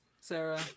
Sarah